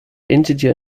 integer